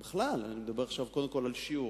בכלל, אני מדבר עכשיו קודם כול על שיעור,